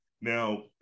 Now